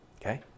Okay